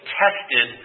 tested